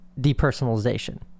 depersonalization